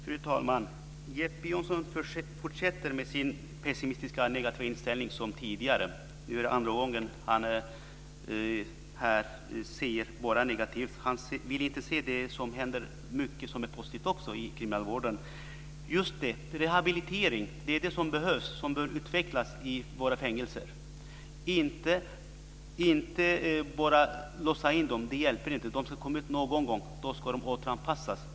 Fru talman! Jeppe Johnsson fortsätter med sin pessimistiska och negativa inställning. Nu är det andra gången han bara ser negativt på detta. Han vill inte se att det händer mycket positivt också i kriminalvården. Det är rehabilitering som behövs och bör utvecklas i våra fängelser. Det hjälper inte att bara låsa in dem. De ska komma ut någon gång. Då ska de återanpassas.